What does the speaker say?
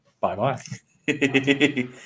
Bye-bye